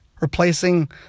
Replacing